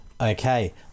Okay